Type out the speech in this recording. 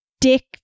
dick